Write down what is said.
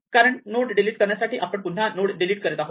कारण node delete करण्यासाठी आपण पुन्हा नोड डिलीट करत आहोत